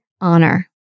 honor